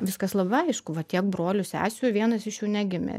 viskas labai aišku va tiek brolių sesių vienas iš jų negimė